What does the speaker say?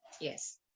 yes